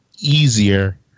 easier